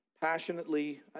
passionately